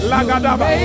Lagadaba